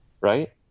Right